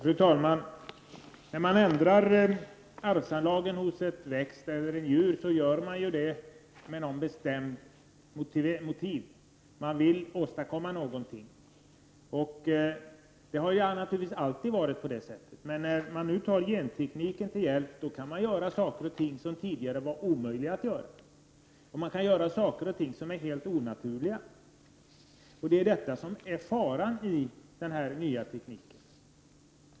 Fru talman! När man ändrar arvsanlagen hos en växt eller ett djur har man något speciellt motiv och vill åstadkomma något. Det har naturligtvis alltid varit på det sättet. Men när gentekniken nu tas till hjälp kan saker och ting göras som tidigare var omöjliga att göra, och man kan göra saker och ting som är helt onaturliga. Detta är faran med denna nya teknik.